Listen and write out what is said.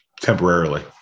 temporarily